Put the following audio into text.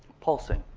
pulsing.